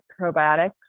probiotics